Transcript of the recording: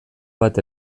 bat